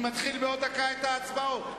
אני מתחיל בעוד דקה את ההצבעות.